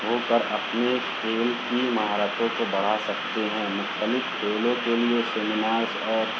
ہو کر اپنے کھیل مہارتوں کو بڑھا سکتے ہیں مختلف کھیلوں کے سیمینارس اور